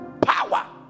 power